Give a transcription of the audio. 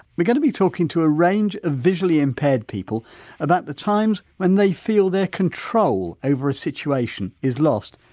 we're going to be talking to a range of visually impaired people about the times when they feel their control over a situation is lost,